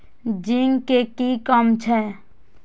Zinc के कि काम छै?